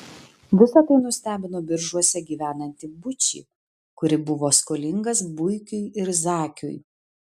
visa tai nustebino biržuose gyvenantį būčį kuri buvo skolingas buikui ir zakiui